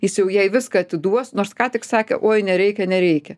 jis jau jai viską atiduos nors ką tik sakė uoi nereikia nereikia